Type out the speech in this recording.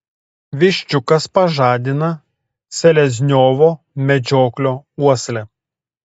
viščiukas pažadina selezniovo medžioklio uoslę